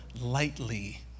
lightly